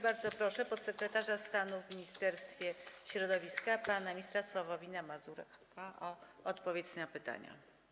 Bardzo proszę podsekretarza stanu w Ministerstwie Środowiska pana ministra Sławomira Mazurka o odpowiedź na pytania.